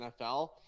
NFL